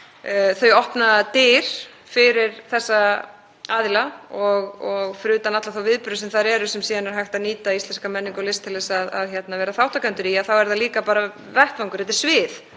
Þau opna dyr fyrir þessa aðila. Fyrir utan alla þá viðburði sem þar eru, sem síðan er hægt að nýta íslenska menningu og list til að vera þátttakendur í, þá eru þau líka bara vettvangur, þetta er svið